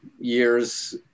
years